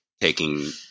taking